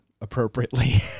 appropriately